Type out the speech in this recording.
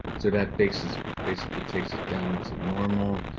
so that makes us basically takes it down to normal.